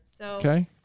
Okay